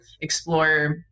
explore